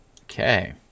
Okay